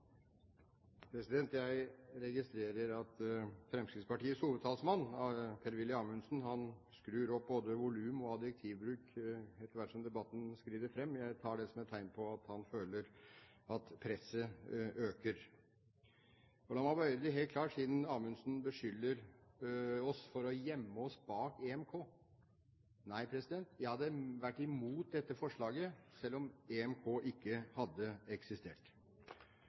Jeg registrerer at Fremskrittspartiets hovedtalsmann, Per-Willy Amundsen, skrur opp både volum og adjektivbruk etter hvert som debatten skrider fram. Jeg tar det som et tegn på at han føler at presset øker. La meg bare gjøre det helt klart, siden Amundsen beskylder oss for å gjemme oss bak EMK: Nei, jeg hadde vært imot dette forslaget selv om EMK ikke hadde eksistert.